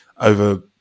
over